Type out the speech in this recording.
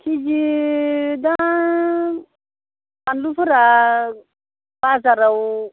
केजि दा बानलुफोरा बाजाराव